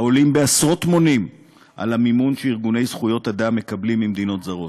העולות בעשרות מונים על המימון שארגוני זכויות אדם מקבלים ממדינות זרות.